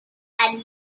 and